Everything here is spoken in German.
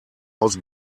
aus